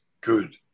Good